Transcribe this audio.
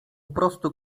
prostu